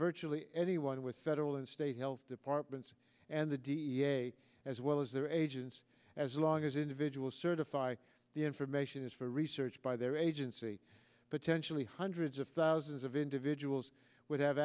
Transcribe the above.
virtually anyone with federal and state health departments and the da as well as their agents as long as individuals certify the information is for research by their agency potentially hundreds of thousands of individuals would have